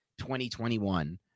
2021